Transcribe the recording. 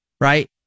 right